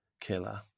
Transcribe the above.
killer